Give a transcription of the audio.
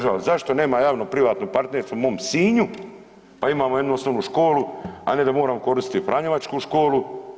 Zašto nema javno privatno partnerstvo u mom Sinju, pa imamo jednu osnovnu školu a ne da moramo koristiti franjevačku školu.